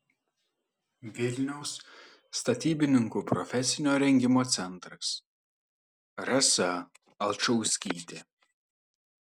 vilniaus statybininkų profesinio rengimo centras rasa alčauskytė